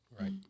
right